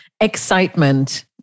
excitement